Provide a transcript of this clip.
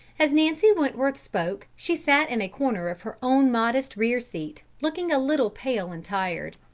as nancy wentworth spoke, she sat in a corner of her own modest rear seat, looking a little pale and tired.